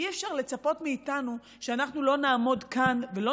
אי-אפשר לצפות מאיתנו שאנחנו לא נעמוד כאן ולא